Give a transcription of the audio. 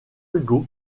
hugo